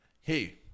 hey